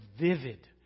vivid